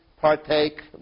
partake